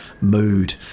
mood